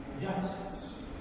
justice